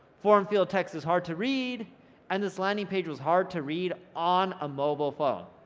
foreign field text is hard to read and this landing page was hard to read on a mobile phone,